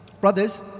Brothers